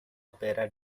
opera